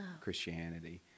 Christianity